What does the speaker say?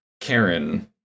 Karen